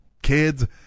kids